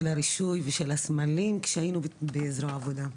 הרישוי ושל הסמלים כשהיינו בזרוע העבודה.